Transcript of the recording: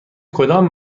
کدام